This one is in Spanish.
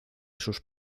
sus